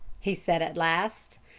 he said at last.